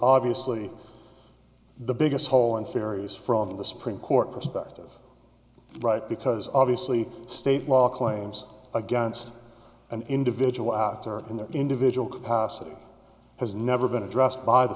obviously the biggest hole in fairies from the supreme court perspective right because obviously state law claims against an individual in their individual capacity has never been addressed by the